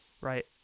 Right